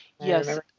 Yes